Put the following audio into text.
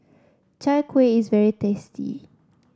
Chai Kueh is very tasty